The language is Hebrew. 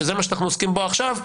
שזה מה שאנחנו עוסקים בו עכשיו,